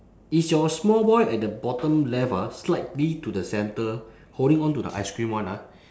is your small boy at the bottom left ah slightly to the center holding on to the ice cream [one] ah